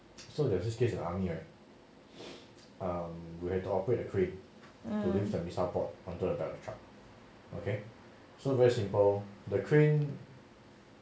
um